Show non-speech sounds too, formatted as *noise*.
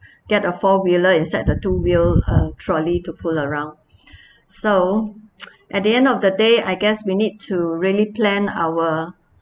get a four wheeler instead the two wheel uh trolley to pull around so *noise* at the end of the day I guess we need to really plan our